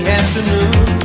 afternoon